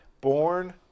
Born